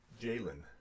Jalen